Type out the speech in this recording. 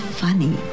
funny